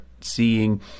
seeing